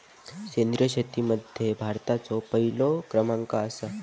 सेंद्रिय शेतीमध्ये भारताचो पहिलो क्रमांक आसा